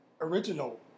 original